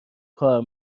کار